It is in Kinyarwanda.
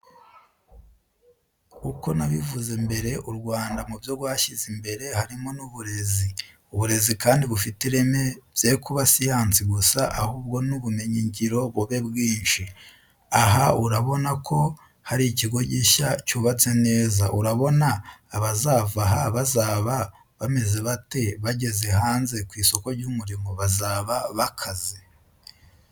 Uko nabivuze mbere u Rwanda mubyo rwashyize imbere harimo n'uburezi. Uburezi kandi bufite ireme byekuba siyansi gusa ahubwo n,ubumenyi ngiro bube bwinshi aha urabona ko harikigo gishya cyubatse neza urabona abazavaha bazaba bameze bate bageze hanze kwisoko ry,umurimo bazaba bakaze.